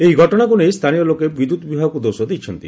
ଏହି ଘଟଶାକୁ ନେଇ ସ୍ଛାନୀୟ ଲୋକେ ବିଦ୍ୟୁତ୍ ବିଭାଗକୁ ଦୋଷ ଦେଇଛନ୍ତି